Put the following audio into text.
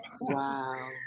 Wow